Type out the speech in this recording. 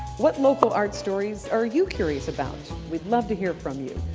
what local art stories are you curious about? we'd love to hear from you.